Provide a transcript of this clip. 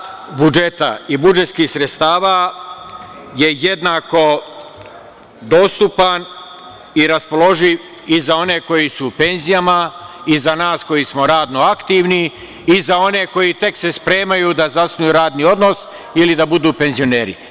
Taj rast budžeta i budžetskih sredstava je jednako dostupan i raspoloživ i za one koji su u penzijama i za nas koji smo radno aktivni i za one koji se tek spremaju da zasnuju radni odnos ili da budu penzioneri.